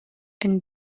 and